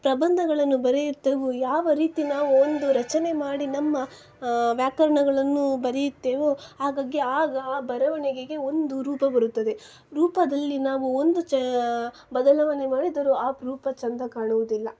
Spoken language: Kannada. ಪ್ರಬಂಧಗಳನ್ನು ಬರೆಯುತ್ತೇವೋ ಯಾವ ರೀತಿ ನಾವು ಒಂದು ರಚನೆ ಮಾಡಿ ನಮ್ಮ ವ್ಯಾಕರಣಗಳನ್ನು ಬರೆಯುತ್ತೇವೋ ಹಾಗಾಗಿ ಆಗ ಆ ಬರವಣಿಗೆಗೆ ಒಂದು ರೂಪ ಬರುತ್ತದೆ ರೂಪದಲ್ಲಿ ನಾವು ಒಂದು ಚ ಬದಲಾವಣೆ ಮಾಡಿದರೂ ಆ ರೂಪ ಚಂದ ಕಾಣುವುದಿಲ್ಲ